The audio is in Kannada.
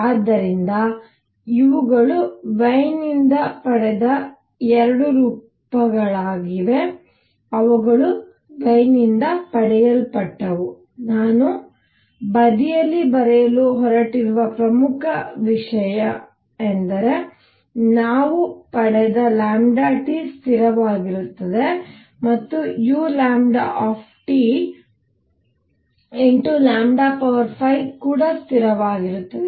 ಆದ್ದರಿಂದ ಇವುಗಳು ವೈನ್ನಿಂದ ಪಡೆದ 2 ರೂಪಗಳಾಗಿವೆ ಅವುಗಳು ವೈನ್ನಿಂದ ಪಡೆಯಲ್ಪಟ್ಟವು ನಾನು ಬದಿಯಲ್ಲಿ ಬರೆಯಲು ಹೊರಟಿರುವ ಪ್ರಮುಖ ವಿಷಯ ನಾವು ಪಡೆದದT ಸ್ಥಿರವಾಗಿರುತ್ತದೆ ಮತ್ತು u 5ಸ್ಥಿರವಾಗಿರುತ್ತದೆ